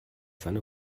seine